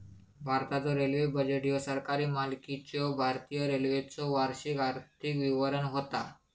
भारताचो railway budget ह्यो सरकारी मालकीच्यो भारतीय रेल्वेचो वार्षिक आर्थिक विवरण होता